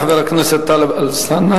תודה לחבר הכנסת טלב אלסאנע.